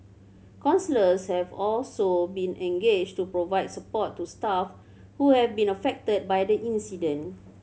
counsellors have also been engaged to provide support to staff who have been affected by the incident